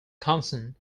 concerned